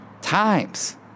times